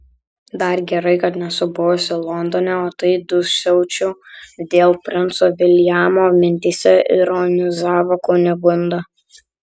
dar gerai kad nesu buvusi londone o tai dūsaučiau dėl princo viljamo mintyse ironizavo kunigunda